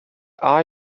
are